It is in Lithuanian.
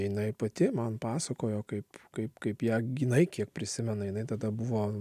jinai pati man pasakojo kaip kaip kaip ją jinai kiek prisimena jinai tada buvo